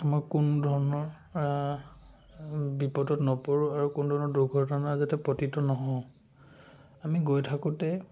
আমাৰ কোনো ধৰণৰ বিপদত নপৰোঁ আৰু কোনো ধৰণৰ দুৰ্ঘটনাত যাতে পতিত নহওঁ আমি গৈ থাকোঁতে